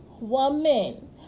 woman